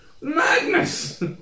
Magnus